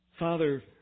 Father